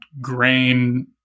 grain